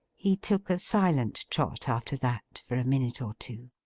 he took a silent trot, after that, for a minute or two.